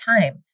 time